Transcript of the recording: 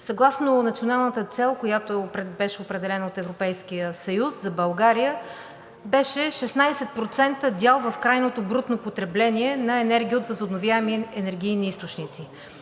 Съгласно националната цел, която беше определена от Европейския съюз за България, беше 16% дял в крайното брутно потребление на енергия от възобновяеми енергийни източници.